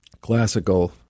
classical